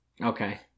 okay